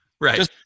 Right